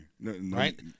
Right